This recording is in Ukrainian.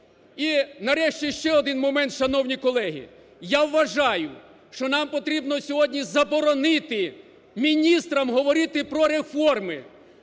І нарешті ще один момент, шановні колеги. Я вважаю, що нам потрібно сьогодні заборонити міністрам говорити про реформи.